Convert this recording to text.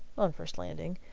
on first landing,